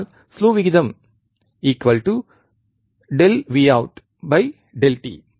அதனால் ஸ்லூ விகிதம் ΔVoutΔt